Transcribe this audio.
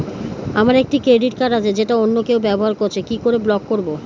আমার একটি credit card আছে যেটা অন্য কেউ ব্যবহার করছে কি করে ব্লক করবো?